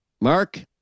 Mark